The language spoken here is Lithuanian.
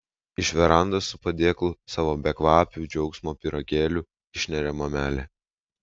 iš verandos su padėklu savo bekvapių džiaugsmo pyragėlių išneria mamelė